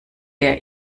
der